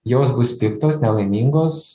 jos bus piktos nelaimingos